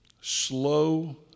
slow